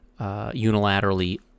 unilaterally